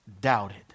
doubted